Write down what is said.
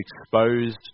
exposed